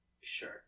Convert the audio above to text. Sure